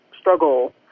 struggle